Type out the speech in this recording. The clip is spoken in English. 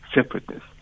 separateness